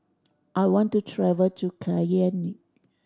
I want to travel to Cayenne